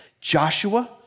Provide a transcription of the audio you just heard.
Joshua